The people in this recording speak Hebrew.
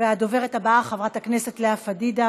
הדוברת הבאה, חברת הכנסת לאה פדידה,